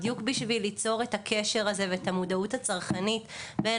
בדיוק בשביל ליצור את הקשר הזה ואת המודעות הצרכנית בין